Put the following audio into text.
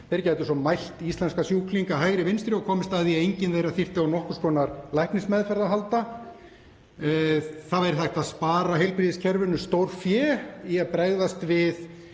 37° C. Þeir gætu svo mælt íslenska sjúklinga hægri vinstri og komist að því að enginn þeirra þyrfti á nokkurs konar læknismeðferð að halda. Það væri hægt að spara heilbrigðiskerfinu stórfé í að bregðast við